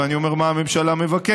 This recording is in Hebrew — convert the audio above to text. ואני אומר מה הממשלה מבקשת,